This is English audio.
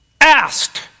asked